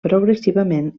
progressivament